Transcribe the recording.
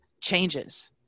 changes